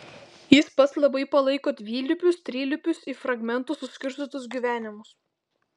jis pats labai palaiko dvilypius trilypius į fragmentus suskirstytus gyvenimus